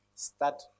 start